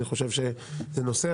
אני חושב שזה נושא,